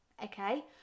okay